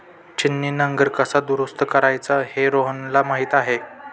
छिन्नी नांगर कसा दुरुस्त करायचा हे रोहनला माहीत आहे